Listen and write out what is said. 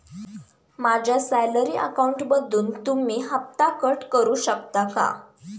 माझ्या सॅलरी अकाउंटमधून तुम्ही हफ्ता कट करू शकता का?